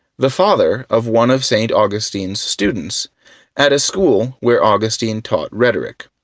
the father of one of st. augustine's students at a school where augustine taught rhetoric.